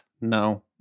No